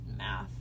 math